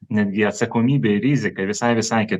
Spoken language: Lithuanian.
netgi atsakomybė rizika visai visai